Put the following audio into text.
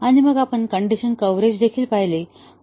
आणि मग आपण कण्डिशन कव्हरेज देखील पाहिले होते